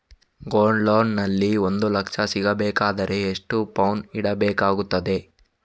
Gold loan ನಲ್ಲಿ ಒಂದು ಲಕ್ಷ ಸಿಗಬೇಕಾದರೆ ಎಷ್ಟು ಪೌನು ಇಡಬೇಕಾಗುತ್ತದೆ?